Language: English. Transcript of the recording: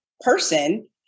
person